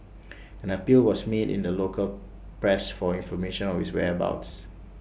an appeal was made in the local press for information of his whereabouts